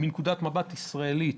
מנקודת מבט ישראלית,